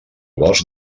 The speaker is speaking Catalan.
bosc